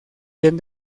bien